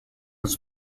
his